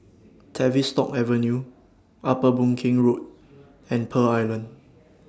Tavistock Avenue Upper Boon Keng Road and Pearl Island